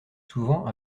souvent